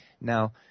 Now